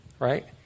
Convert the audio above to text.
right